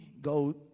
Go